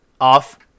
off